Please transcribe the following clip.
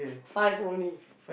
five only